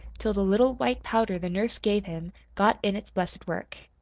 till the little white powder the nurse gave him got in its blessed work.